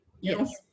Yes